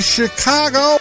Chicago